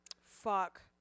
Fuck